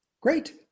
Great